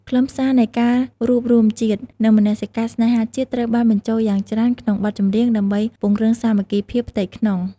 ខ្លឹមសារនៃការរួបរួមជាតិ និងមនសិការស្នេហាជាតិត្រូវបានបញ្ចូលយ៉ាងច្រើនក្នុងបទចម្រៀង ដើម្បីពង្រឹងសាមគ្គីភាពផ្ទៃក្នុង។